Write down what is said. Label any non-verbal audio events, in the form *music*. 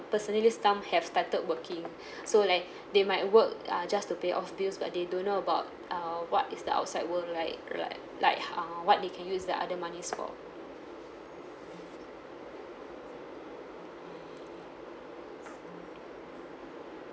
personally some have started working *breath* so like they might work uh just to pay off bills but they don't know about err what is the outside world like right like uh what they can use the other monies for